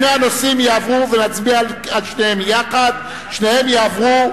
נצביע על שני הנושאים יחד ושניהם יעברו,